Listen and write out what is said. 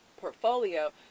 portfolio